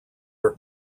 are